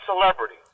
celebrity